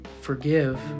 forgive